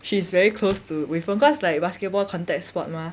she's very close to wei feng cause like basketball contact sport mah